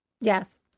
Yes